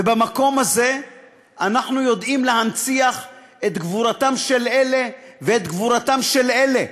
ובמקום הזה אנחנו יודעים להנציח את גבורתם של אלה ואת גבורתם של אלה.